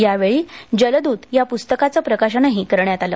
यावेळी जलदूत या पुस्तकाचं प्रकाशनही करण्यात आलं